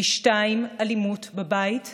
פי שניים אלימות בבית וברחוב,